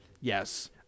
yes